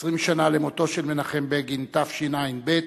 20 שנה למותו של מנחם בגין, תשע"ב,